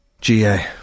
GA